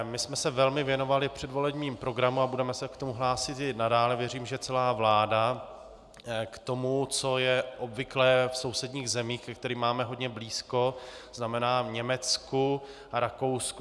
My jsme se velmi věnovali v předvolebním programu, a budeme se k tomu hlásit i nadále, věřím, že celá vláda, k tomu, co je obvyklé v sousedních zemích, ke kterým máme hodně blízko, to znamená v Německu a Rakousku.